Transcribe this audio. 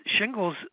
shingles